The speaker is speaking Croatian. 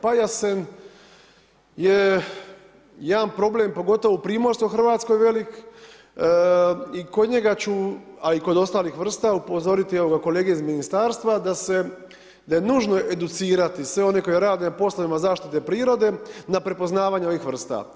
Pajasen je jedan problem pogotovo u Primorskoj hrvatskoj velik i kod njega ću, a kod ostalih vrsta, upozoriti, evo kolege iz ministarstva da se, da je nužno educirati, sve one koji rade na poslovima zaštite prirode, na prepoznavanje ovih vrsta.